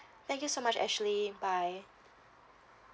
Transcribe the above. thank you so much ashley bye